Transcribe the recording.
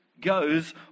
goes